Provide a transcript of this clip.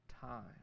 time